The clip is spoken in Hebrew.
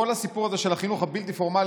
כל הסיפור הזה של החינוך הבלתי-פורמלי